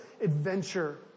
adventure